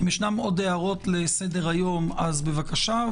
אם יש עוד הערות לסדר היום, בבקשה.